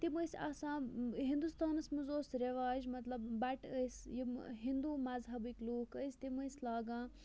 تِم ٲسۍ آسان ہِندوستانَس مَنٛز اوس رِواج مَطلَب بَٹہٕ ٲسۍ یِم ہِنٛدوٗ مَذہَبٕکۍ لُکھ ٲسۍ تِم ٲسۍ لاگان